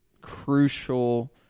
crucial